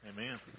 Amen